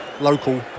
local